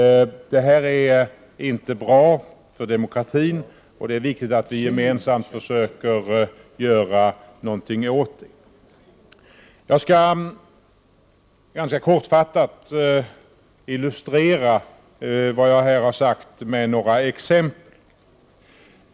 Detta är inte bra för demokratin, och det är viktigt att vi gemensamt försöker göra något åt det. Jag skall ganska kortfattat illustrera vad jag här har sagt med några exempel.